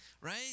right